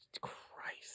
Christ